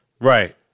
Right